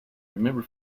remember